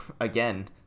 again